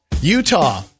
Utah